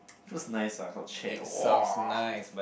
feels nice lah got chair [wah]